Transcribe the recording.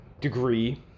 degree